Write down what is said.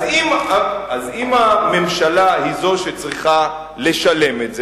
אז אם הממשלה היא זו שצריכה לשלם את זה,